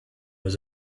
was